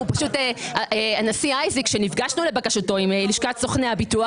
שאל הנשיא אייזיק שלבקשתו נפגשנו עם לשכת סוכני הביטוח